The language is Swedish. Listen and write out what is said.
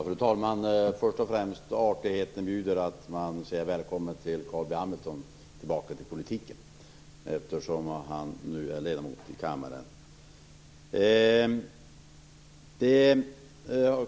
Fru talman! Först och främst bjuder artigheten att man hälsar Carl B Hamilton välkommen tillbaka till politiken, eftersom han nu är ledamot i kammaren.